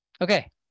Okay